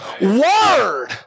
Word